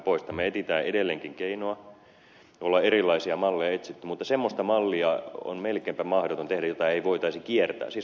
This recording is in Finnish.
me etsimme edelleenkin keinoa on erilaisia malleja etsitty mutta semmoista mallia on melkeinpä mahdoton tehdä jota ei voitaisi kiertää siis laillisesti kiertää